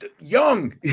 young